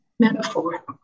metaphor